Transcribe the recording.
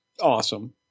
awesome